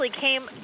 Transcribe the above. came